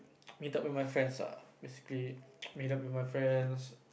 meet up with my friends ah basically meet up with my friends